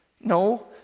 No